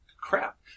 crap